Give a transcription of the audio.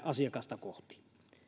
asiakasta kohti